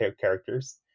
characters